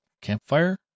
campfire